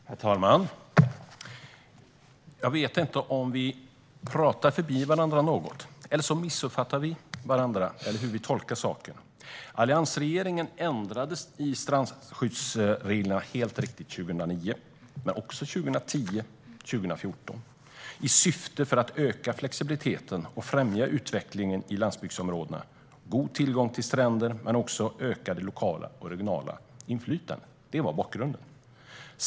Herr talman! Jag vet inte om statsrådet och jag pratar förbi varandra, missuppfattar varandra eller missuppfattar hur vi tolkar saken. Alliansregeringen ändrade helt riktigt i strandskyddsreglerna 2009, men den ändrade också 2010 och 2014. Syftet var att öka flexibiliteten och främja utvecklingen i landsbygdsområdena. God tillgång till stränder men också ökat lokalt och regionalt inflytande var bakgrunden.